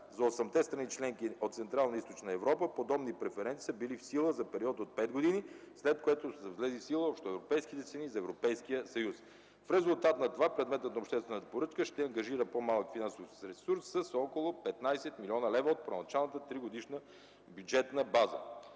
За 8-те страни членки от Централна и Източна Европа подобни преференции са били в сила за период от 5 години, след което са влезли в сила общоевропейските цени за Европейския съюз. В резултат на това предметът на обществената поръчка ще ангажира по-малък финансов ресурс с около 15 млн. лв. от първоначалната 3-годишната бюджетна база.